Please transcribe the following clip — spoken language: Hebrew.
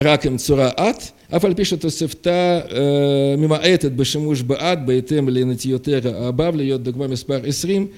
רק עם צורה את אף על פי שהתוספתא ממעטת בשימוש באת בהתאם לנטיותיה הבבליות דוגמה מספר עשרים